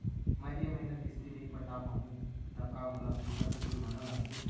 मैं ए महीना किस्ती नई पटा पाहू त का मोला तुरंत जुर्माना लागही?